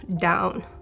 down